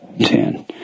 Ten